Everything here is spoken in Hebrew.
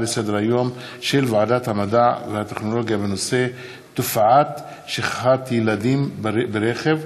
לסדר-היום: של ועדת המדע והטכנולוגיה בנושא תופעת שכחת ילדים ברכב,